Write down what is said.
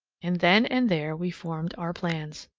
and then and there we formed our plans.